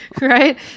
right